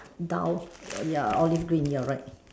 dull ya olive green ya you are right